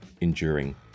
enduring